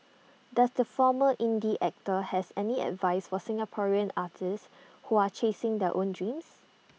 does the former indie actor have any advice for Singaporean artists who are chasing their own dreams